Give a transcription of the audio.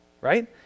right